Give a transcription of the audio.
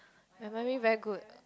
memory very good